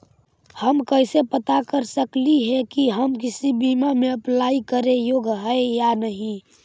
हम कैसे पता कर सकली हे की हम किसी बीमा में अप्लाई करे योग्य है या नही?